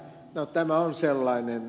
no tämä on sellainen